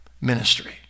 ministry